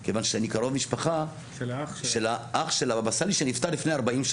שאני קרוב משפחה של האח של הבבא סאלי שנפטר לפני 40 שנה,